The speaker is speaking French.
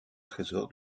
trésor